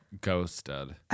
Ghosted